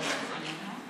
מה זה "בולשביקית"?